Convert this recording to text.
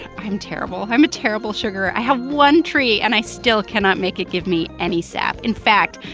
i'm terrible. i'm a terrible sugarer. i have one tree, and i still cannot make it give me any sap. in fact,